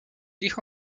hijo